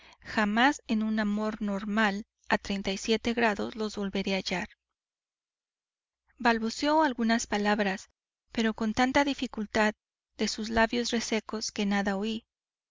jamás en un amor normal a los volveré a hallar balbuceó algunas palabras pero con tanta dificultad de sus labios resecos que nada oí